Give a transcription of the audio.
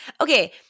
Okay